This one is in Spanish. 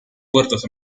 puertos